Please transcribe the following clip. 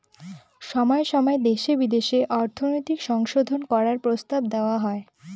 সময় সময় দেশে বিদেশে অর্থনৈতিক সংশোধন করার প্রস্তাব দেওয়া হয়